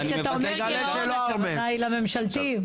כשאתה אומר גירעון, הכוונה היא לממשלתיים.